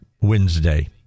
Wednesday